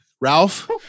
Ralph